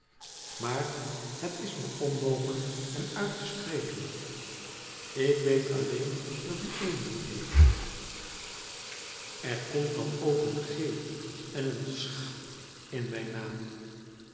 maar het is me onmogelijk hem uit te spreken ik weet alleen dat u emilie heet er komt dan ook een g en een sch in mijn naam